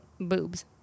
Boobs